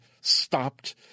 stopped